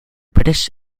british